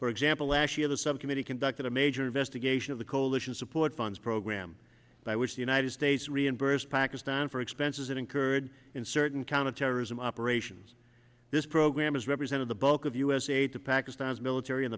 for example last year the subcommittee conducted a major investigation of the aleutian support funds program by which the united states reimburse pakistan for expenses incurred in certain counterterrorism operations this program has represented the bulk of u s aid to pakistan's military in